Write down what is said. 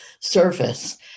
surface